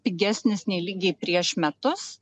pigesnis nei lygiai prieš metus